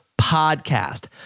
podcast